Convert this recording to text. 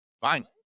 Fine